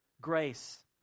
Grace